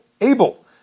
able